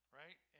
right